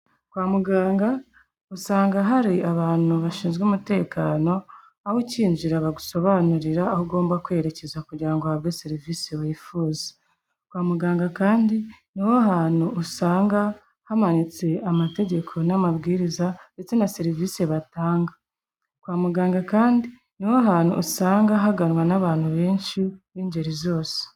Kwa muganga, usanga hari abantu bashinzwe umutekano, aho ukinjira bagusobanurira aho ugomba kwerekeza kugira ngo uhabwe serivise wifuza. Kwa muganga kandi, niho hantu usanga hamanitse amategeko n'amabwiriza ndetse na serivise batanga. Kwa muganga kandi, niho hantu usanga haganwa n'abantu benshi b'ingeri zose.